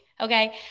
okay